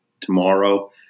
tomorrow